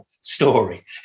story